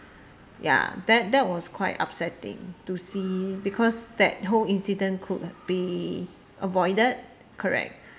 ya that that was quite upsetting to see because that whole incident could be avoided correct